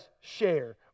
share